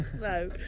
No